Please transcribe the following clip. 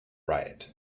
riot